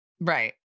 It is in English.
right